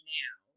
now